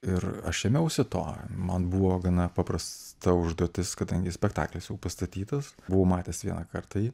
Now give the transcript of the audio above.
ir aš ėmiausi to man buvo gana paprasta užduotis kadangi spektaklis jau pastatytas buvau matęs vieną kartą jį